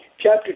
chapter